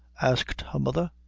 asked her mother